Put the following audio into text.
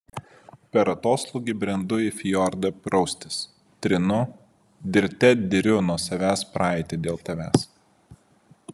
per atoslūgį brendu į fjordą praustis trinu dirte diriu nuo savęs praeitį dėl tavęs